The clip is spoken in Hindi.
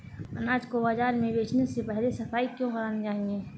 अनाज को बाजार में बेचने से पहले सफाई क्यो करानी चाहिए?